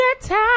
time